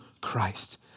Christ